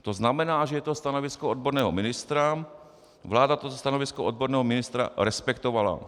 To znamená, že je to stanovisko odborného ministra, vláda toto stanovisko odborného ministra respektovala.